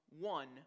one